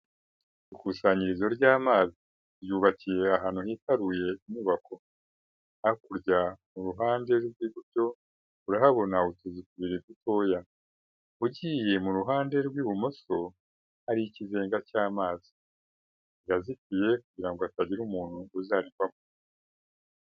Ikusanyirizo ry'amazi ryubakiye ahantu hitaruye inyubako hakurya iruhande rw'iburyo urahabona utuzu dutoya, ugiye iruhande rw'ibumoso hari ikizenga cy'amazi kirazitiye kugira ngo hatagira umuntu uzarigwamo.